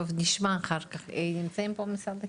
נמצאים פה ממשרד החינוך?